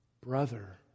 Brother